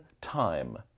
time